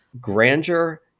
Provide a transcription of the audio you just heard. grandeur